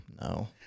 No